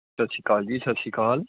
ਸਤਿ ਸ਼੍ਰੀ ਅਕਾਲ ਜੀ ਸਤਿ ਸ਼੍ਰੀ ਅਕਾਲ